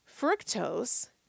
fructose